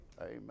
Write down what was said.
Amen